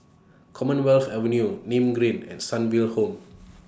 Commonwealth Avenue Nim Green and Sunnyville Home